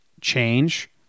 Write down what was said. change